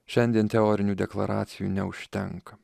šiandien teorinių deklaracijų neužtenka